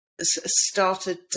started